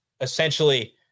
essentially